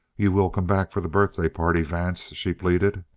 you will come back for the birthday party, vance? she pleaded.